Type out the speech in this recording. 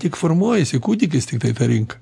tik formuojasi kūdikis tiktai ta rinka